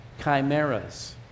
chimeras